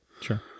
Sure